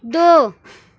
دو